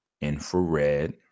infrared